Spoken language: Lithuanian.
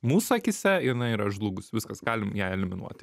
mūsų akyse jinai yra žlugus viskas galim ją eliminuoti